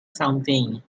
something